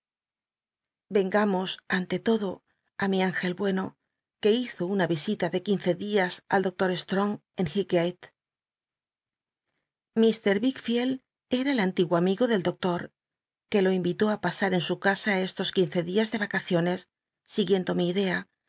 vengamos an te lodo i mi íngel bueno que hizo una yi ita de quince días al doctor strong on ll ighgate lil wickfield era el antiguo am igo del doctor que lo imitó á pasa r en su casa estos quince días de vacaciones siguiendo mi idea